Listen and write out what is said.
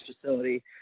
facility